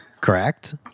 Correct